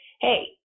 hey